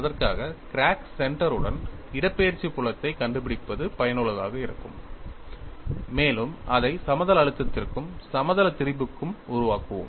அதற்காக கிராக் சென்டருடன் இடப்பெயர்ச்சி புலத்தை கண்டுபிடிப்பது பயனுள்ளதாக இருக்கும் மேலும் அதை சமதள அழுத்தத்திற்கும் சமதள திரிபுக்கும் உருவாக்குவோம்